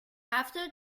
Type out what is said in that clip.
after